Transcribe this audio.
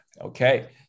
Okay